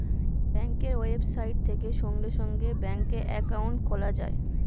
ব্যাঙ্কের ওয়েবসাইট থেকে সঙ্গে সঙ্গে ব্যাঙ্কে অ্যাকাউন্ট খোলা যায়